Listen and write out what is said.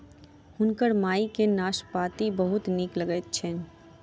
हुनकर माई के नाशपाती बहुत नीक लगैत छैन